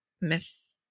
myth